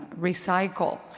recycle